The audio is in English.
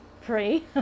Free